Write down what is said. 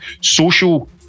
social